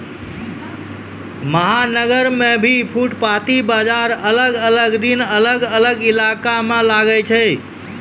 महानगर मॅ भी फुटपाती बाजार अलग अलग दिन अलग अलग इलाका मॅ लागै छै